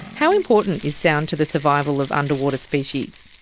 how important is sound to the survival of underwater species?